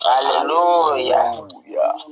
Hallelujah